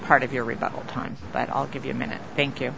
part of your rebuttal time but i'll give you a minute thank you